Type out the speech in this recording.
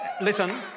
Listen